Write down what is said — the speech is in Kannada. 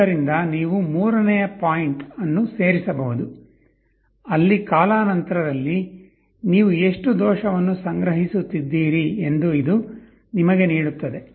ಆದ್ದರಿಂದ ನೀವು ಮೂರನೆಯ ಪಾಯಿಂಟ್ ಅನ್ನು ಸೇರಿಸಬಹುದು ಅಲ್ಲಿ ಕಾಲಾನಂತರದಲ್ಲಿ ನೀವು ಎಷ್ಟು ದೋಷವನ್ನು ಸಂಗ್ರಹಿಸುತ್ತಿದ್ದೀರಿ ಎಂದು ಇದು ನಿಮಗೆ ನೀಡುತ್ತದೆ